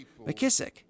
McKissick